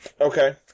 Okay